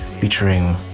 Featuring